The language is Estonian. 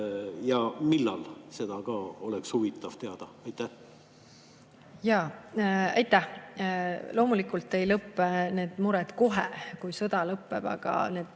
Ja – millal? Seda ka oleks huvitav teada. Jaa, aitäh! Loomulikult ei lõpe need mured kohe, kui sõda lõpeb, aga need